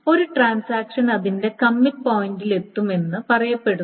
ഒരു ട്രാൻസാക്ഷൻ അതിന്റെ കമ്മിറ്റ് പോയിൻറിലെത്തുമെന്ന് റയപ്പെടുന്നു